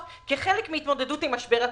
שהתקבלו כחלק מהתמודדות עם משבר הקורונה,